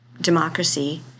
democracy